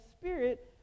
spirit